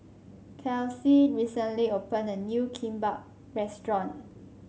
Kelsea recently opened a new Kimbap Restaurant